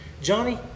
Johnny